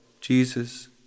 Jesus